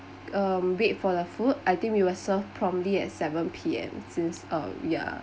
um wait for the food I think we will served promptly at seven P_M since uh ya